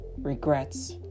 regrets